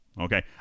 okay